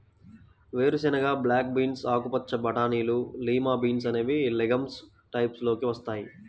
వేరుశెనగ, black beans, ఆకుపచ్చ బటానీలు, లిమా బీన్స్ అనేవి లెగమ్స్ టైప్స్ లోకి వస్తాయి